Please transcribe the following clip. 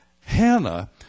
Hannah –